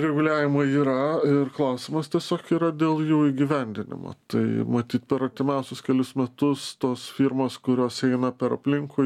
reguliavimo yra ir klausimas tiesiog yra dėl jų įgyvendinimo tai matyt per artimiausius kelis metus tos firmos kurios eina per aplinkui